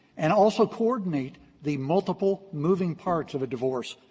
and also coordinate the multiple moving parts of a divorce,